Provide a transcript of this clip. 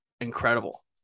incredible